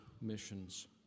missions